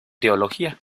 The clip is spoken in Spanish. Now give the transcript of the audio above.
teología